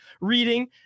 reading